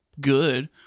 good